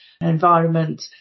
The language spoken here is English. environment